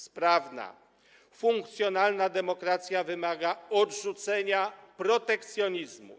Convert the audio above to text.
Sprawna, funkcjonalna demokracja wymaga odrzucenia protekcjonizmu.